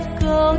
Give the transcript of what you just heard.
go